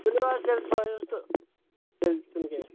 تُلِو حظ تیٚلہِ ترٛٲوۍہُس تہٕ تیٚلہِ چھُنہٕ کیٚنہہ